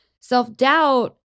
Self-doubt